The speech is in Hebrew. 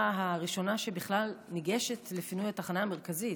שבכלל ניגשת לפינוי התחנה המרכזית.